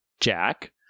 Jack